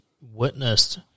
witnessed